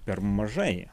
per mažai